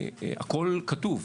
אני חושב שהכול כבר כתוב.